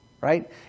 Right